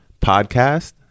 Podcast